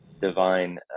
divine